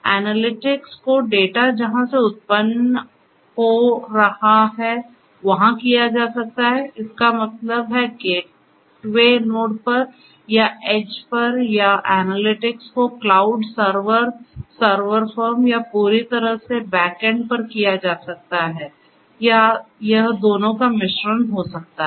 analytics को data जहां से उत्पन्न में हो रहा है वहां किया जा सकता है इसका मतलब है गेटवे नोड पर या एड्ज पर या एनालिटिक्स को क्लाउड सर्वर सर्वर फर्म या पूरी तरह से बैक एंड पर किया जा सकता है या यह दोनों का मिश्रण हो सकता है